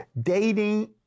dating